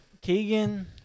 Keegan